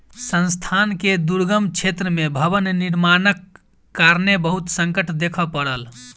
संस्थान के दुर्गम क्षेत्र में भवन निर्माणक कारणेँ बहुत संकट देखअ पड़ल